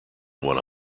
one